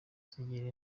zigira